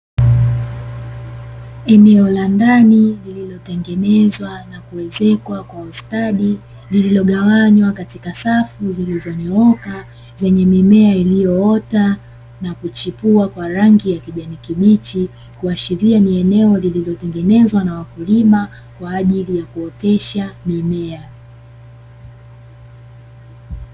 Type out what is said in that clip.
Eneo la ndani liliotengenezwa na kuezekwa kwa ustadi, lililogawanywa katika safu zilizonyooka zenye mimea iliyoota na kuchipua kwa rangi ya kijani kibichi, kuashiria ni eneo lililotengenezwa na wakulima kwa ajili ya kuotesha mimea.